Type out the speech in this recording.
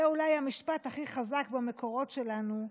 זה אולי המשפט הכי חזק במקורות שלנו,